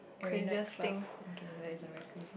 every night club okay that isn't very crazy